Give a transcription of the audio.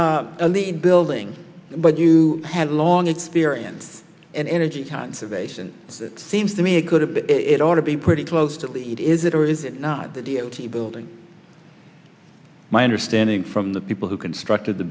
e the buildings but you had long experience and energy conservation seems to me it could have it ought to be pretty close to it is it or is it not the d o t building my understanding from the people who constructed the